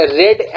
red